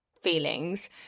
feelings